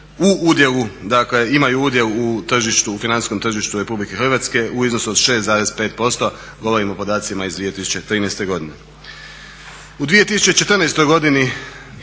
u udjelu dakle imaju udjel u financijskom tržištu RH u iznosu od 6,5% govorim o podacima iz 2013. godine. U 2014. godini,